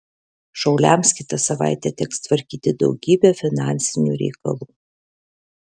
šauliams kitą savaitę teks tvarkyti daugybę finansinių reikalų